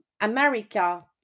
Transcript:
America